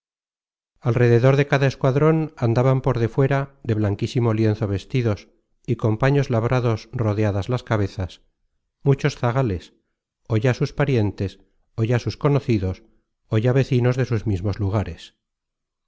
rededor de cada escuadron andaban por de fuera de blanquísimo lienzo vestidos y con paños labrados rodeadas las cabezas muchos zagales ó ya sus parientes ó ya sus conocidos ó ya vecinos de sus mismos lugares